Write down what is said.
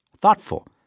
thoughtful